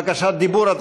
בקשת דיבור.